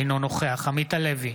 אינו נוכח עמית הלוי,